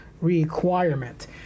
requirement